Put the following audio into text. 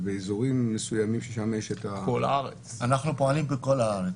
זה באזורים מסוימים שם יש את --- אנחנו פועלים בכל הארץ.